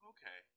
Okay